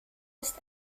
ist